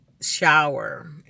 shower